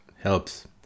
helps